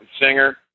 singer